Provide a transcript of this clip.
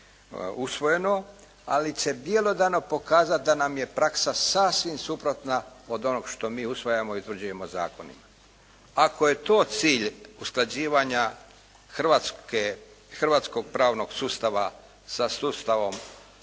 usvojeno, ali će bjelodano pokazati da nam je praksa sasvim suprotna od onoga što mi usvajamo i utvrđujemo zakonima. Ako je to cilj usklađivanja hrvatskog pravnog sustava sa sustavom